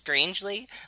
Strangely